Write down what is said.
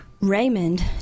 Raymond